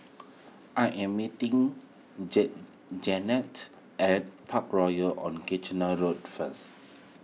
I am meeting Janette at Parkroyal on Kitchener Road first